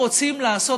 רוצים לעשות,